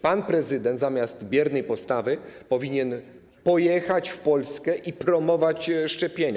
Pan prezydent, zamiast biernej postawy, powinien pojechać w Polskę i promować szczepienia.